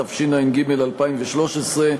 התשע"ג 2013,